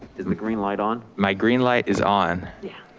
is the green light on? my green light is on. yeah.